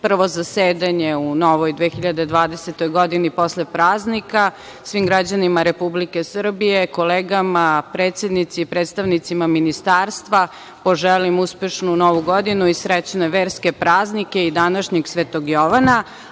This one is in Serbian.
prvo zasedanje u novoj 2020. godini posle praznika, svim građanima Republike Srbije, kolegama, predsednici, predstavnicima ministarstva poželim uspešnu Novu godinu i srećne verske praznike i današnjeg Svetog Jovana,